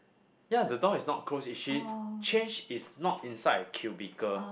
ya the door is not closed is she change is not inside cubicle